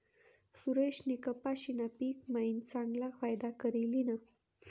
सुरेशनी कपाशीना पिक मायीन चांगला फायदा करी ल्हिना